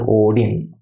audience